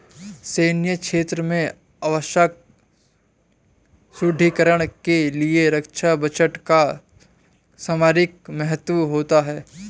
सैन्य क्षेत्र में आवश्यक सुदृढ़ीकरण के लिए रक्षा बजट का सामरिक महत्व होता है